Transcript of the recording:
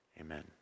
Amen